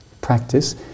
practice